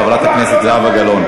חברת הכנסת זהבה גלאון.